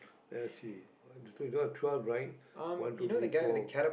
let's see oh you got twelve right one two three four